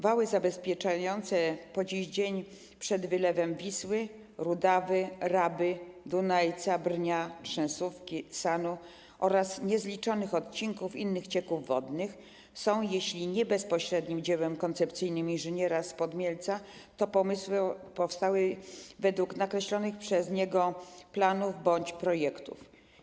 Wały zabezpieczające po dziś dzień przed wylewem Wisły, Rudawy, Raby, Dunajca, Brnia, Trzęsówki, Sanu oraz niezliczonych odcinków innych cieków wodnych są jeśli nie bezpośrednim dziełem koncepcyjnym inżyniera spod Mielca, to powstały według nakreślonych przez niego planów bądź projektów.